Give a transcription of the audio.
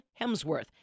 Hemsworth